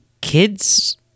kid's